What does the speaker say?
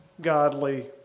godly